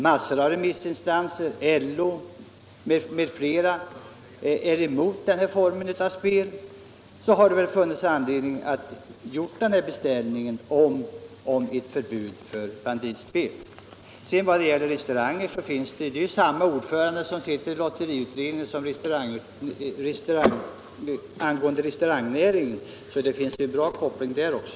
Massor av remissinstanser, LO m.fl., är emot den här formen av spel. Därför anser jag att det funnits anledning att göra den här beställningen på ett förbud för s.k. banditspel. Vad det gäller restaurangerna är det samma ordförande i lotteriutredningen och utredningen om restaurangbranschen, så det finns bra koppling där också.